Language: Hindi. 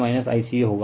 IaIBC IAB होगा